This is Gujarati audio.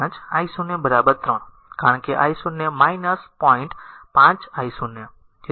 5 i 0 3 કારણ કે i 0 પોઈન્ટ 5 i 0